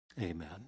Amen